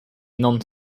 non